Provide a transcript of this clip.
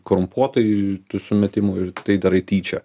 korumpuotai tų sumetimų ir tai darai tyčia